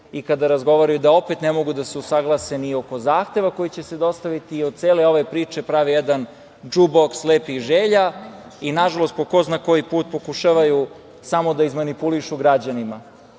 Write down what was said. i kada razgovaraju da opet ne mogu da se usaglase ni oko zahteva koji će se dostaviti i od cele ove priče prave jedan džu-boks lepih želja i nažalost po ko zna koji put pokušavaju samo da izmanipulišu građane.A